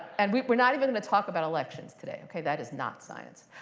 and we're we're not even and to talk about elections today. ok? that is not science.